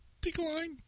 Decline